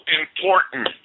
important